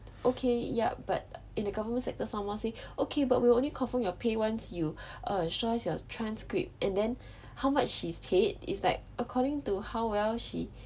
okay yup but in the government sector someone say okay but will only confirm your pay once you uh show us your transcript and then how much she's paid is like according to how well she